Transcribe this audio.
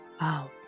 out